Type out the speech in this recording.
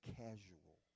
casual